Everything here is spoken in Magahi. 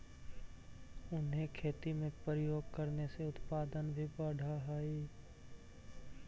उन्हें खेती में प्रयोग करने से उत्पादन भी बढ़अ हई